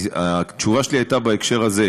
התשובה שלי הייתה בהקשר הזה,